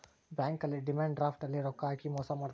bank ಅಲ್ಲಿ demand draft ಅಲ್ಲಿ ರೊಕ್ಕ ಹಾಕಿ ಮೋಸ ಮಾಡ್ತಾರ